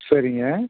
சரிங்க